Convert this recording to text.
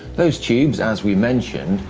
those tubes, as we mentioned,